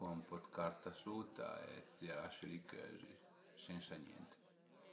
cun ën po 'd carta suta, t'i lase li cözi sensa niente